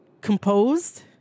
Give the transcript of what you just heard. composed